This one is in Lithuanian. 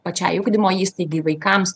pačiai ugdymo įstaigai vaikams